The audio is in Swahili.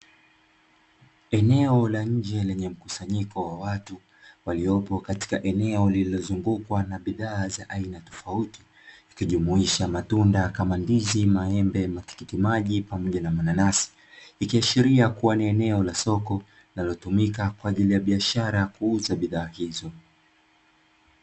Eneo la nje lenye mkusanyiko wa watu waliopo katika eneo lililozungukwa na bidhaa za aina tofauti, ikijumuisha matunda kama: ndizi, maembe, matikiti maji pamoja na mananasi. Ikiashiria kuwa ni eneo la soko, linalotumika kwaajili ya biashara kuuza bidhaa hizo.